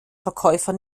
verkäufer